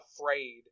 afraid